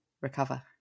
recover